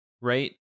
right